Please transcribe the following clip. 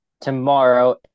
tomorrow